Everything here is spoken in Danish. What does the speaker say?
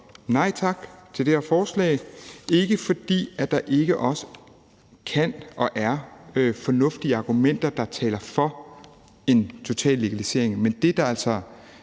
nej tak til det her forslag. Det er ikke, fordi der ikke også kan være og er fornuftige argumenter, der taler for en total legalisering, men det, der altså